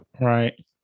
right